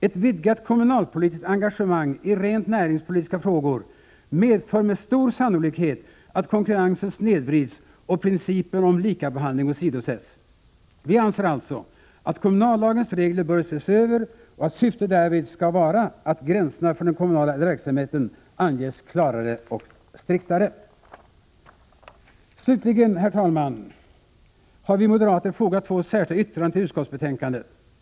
Ett vidgat kommunalpolitiskt engagemang i rent näringspolitiska frågor medför med stor sannolikhet att konkurrensen snedvrids och principen om likabehandling åsidosätts. Vi anser alltså att kommunallagens regler bör ses över och att syftet därvid skall vara att gränserna för den kommunala verksamheten anges klarare och striktare. Slutligen, herr talman, har vi moderater fogat två särskilda yttranden till utskottsbetänkandet.